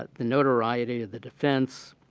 ah the notoriety of the defense.